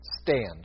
stand